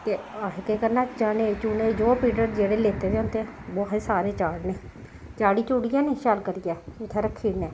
ते असें केह् करना चने चुने जो बिरढ़ जेह्ड़े लेते दे होंदे ओह् असें सारे चाढ़ने चाढ़ी चूढ़ियै निं शैल करियै उत्थै रक्खी ओड़ने